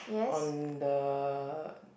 on the